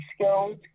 skills